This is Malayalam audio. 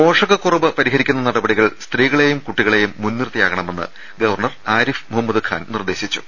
പോഷകക്കുറവ് പരിഹരിക്കുന്ന നടപടികൾ സ്ത്രീകളെയും കുട്ടികളെയും മുൻനിർത്തിയാവണമെന്ന് ഗവർണർ ആരിഫ് മുഹമ്മദ് ഖാൻ നിർദേ ശിച്ചു